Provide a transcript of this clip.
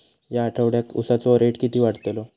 या आठवड्याक उसाचो रेट किती वाढतलो?